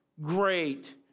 great